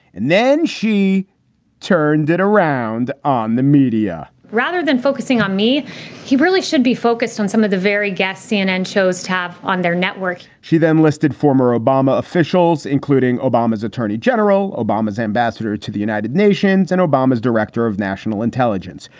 and then she turned it around on the media rather than focusing on me he really should be focused on some of the very gaffes cnn chose to have on their network she then listed former obama officials, including obama's attorney general, obama's ambassador to the united nations and obama's director of national intelligence.